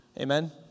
Amen